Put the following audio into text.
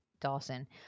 Dawson